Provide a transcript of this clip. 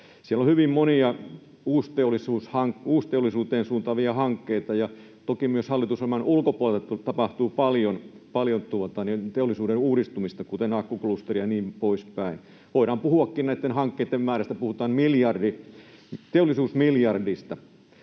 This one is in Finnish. Siellä on hyvin monia uusteollisuuteen suuntaavia hankkeita. Ja toki myös hallitusohjelman ulkopuolella tapahtuu paljon teollisuuden uudistumista, kuten akkuklusteri ja niin poispäin. Voidaankin puhua näitten hankkeitten määrästä teollisuusmiljardina.